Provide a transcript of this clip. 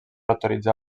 autoritzar